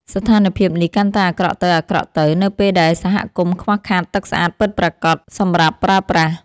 ស្ថានភាពនេះកាន់តែអាក្រក់ទៅៗ នៅពេលដែលសហគមន៍ខ្វះខាតទឹកស្អាតពិតប្រាកដសម្រាប់ប្រើប្រាស់។